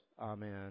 Amen